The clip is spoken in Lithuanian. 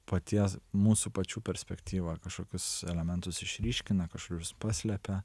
paties mūsų pačių perspektyva kažkokius elementus išryškina kažkokius paslepia